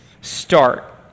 start